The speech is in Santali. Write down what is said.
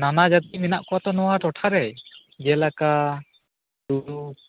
ᱱᱟᱱᱟ ᱡᱟ ᱛᱤ ᱢᱮᱱᱟᱜ ᱠᱚᱣᱟ ᱛᱚ ᱱᱚᱣᱟ ᱴᱚᱴᱷᱟ ᱨᱮ ᱡᱮᱞᱟᱠᱟ ᱛᱩᱲᱩᱠ